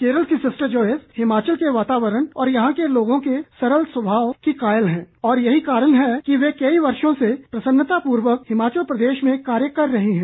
केरल की sister Joyce Himachal के वातावरण और यहां के लोगों के सरल स्वाभाव की कायल हैं और यही कारण है कि वे कई वर्षो से प्रसन्नतापूर्वक हिमाचल प्रदेश में कार्य कर रही हैं